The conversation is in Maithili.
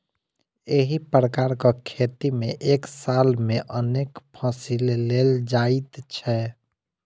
एहि प्रकारक खेती मे एक साल मे अनेक फसिल लेल जाइत छै